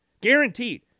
Guaranteed